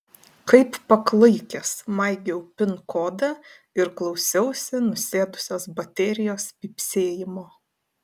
kaip paklaikęs maigiau pin kodą ir klausiausi nusėdusios baterijos pypsėjimo